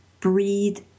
breathe